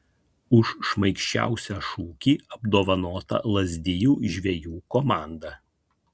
už šmaikščiausią šūkį apdovanota lazdijų žvejų komanda